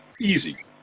Easy